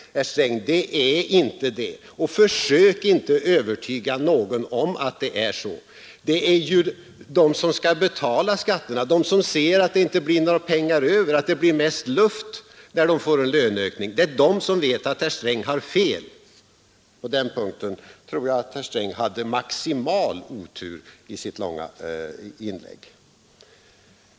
Det är inte det, herr Sträng, och försök inte övertyga någon om att det är så! De som skall betala skatterna — de som ser att det inte blir några pengar över, att det blir mest luft när de får löneökning — vet att herr Sträng har fel. På den punkten tror jag att herr Sträng hade maximal otur i sitt långa inlägg.